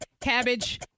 cabbage